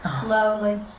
slowly